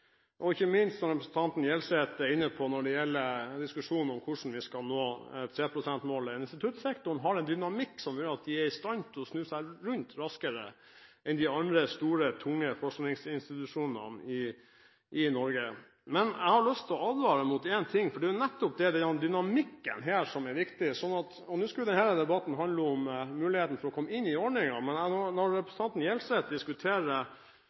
Ikke minst – som representanten Gjelseth var inne på med hensyn til diskusjonen om hvordan vi skal nå 3 pst.-målet – har instituttsektoren en dynamikk som gjør at den er i stand til å snu seg raskere rundt enn de andre store, tunge forskningsinstitusjonene i Norge. Jeg har lyst til å advare mot én ting – det er nettopp dynamikken her som er viktig, og nå skulle denne debatten handle om muligheten for å komme inn i ordningen. Men jeg vil altså advare når representanten Gjelseth